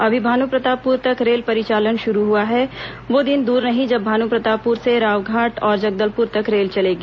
अभी भानुप्रतापपुर तक रेल परिचालन शुरू हुआ है वह दिन दूर नहीं जब भानुप्रतापपुर से रावघाट और जगदलपुर तक रेल चलेगी